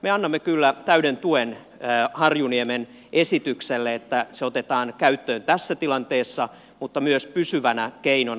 me annamme kyllä täyden tuen harjuniemen esitykselle että se otetaan käyttöön tässä tilanteessa mutta myös pysyvänä keinona